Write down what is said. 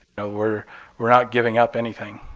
ah we're we're not giving up anything